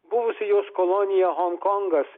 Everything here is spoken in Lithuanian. buvusi jos kolonija honkongas